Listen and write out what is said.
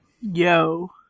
Yo